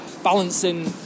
Balancing